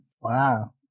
Wow